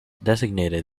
designated